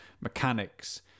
mechanics